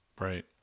Right